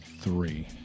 Three